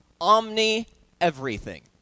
omni-everything